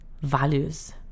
values